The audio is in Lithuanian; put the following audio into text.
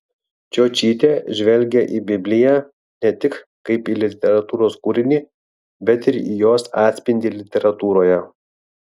čiočytė žvelgia į bibliją ne tik kaip į literatūros kūrinį bet ir į jos atspindį literatūroje